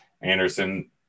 Anderson